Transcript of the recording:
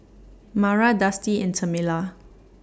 Mara Dusty and Tamela